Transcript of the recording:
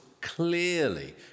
clearly